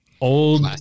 old